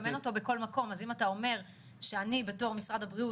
גם אין אותו בכל מקום אז אם אתה אומר שאני בתור משרד הבריאות